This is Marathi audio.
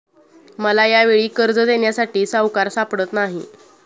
मला यावेळी कर्ज देण्यासाठी सावकार सापडत नाही